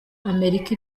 amerika